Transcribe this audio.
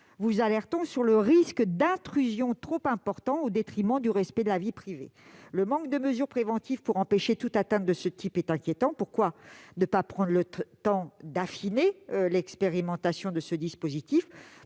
votre attention sur le risque d'intrusion trop important, au détriment du droit au respect de la vie privée. Le manque de mesures préventives pour empêcher toute atteinte de ce type est inquiétant. Pourquoi ne pas prendre le temps d'affiner l'expérimentation de ce dispositif,